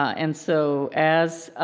and so as